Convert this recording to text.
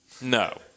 No